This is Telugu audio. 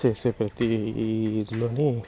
చేసే ప్రతి ఈ ఇదిలోని